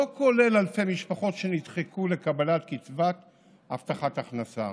לא כולל אלפי משפחות שנדחקו לקבלת קצבת הבטחת הכנסה.